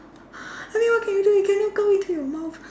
I mean what can you do it cannot go into your mouth